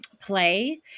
play